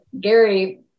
Gary